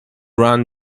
ran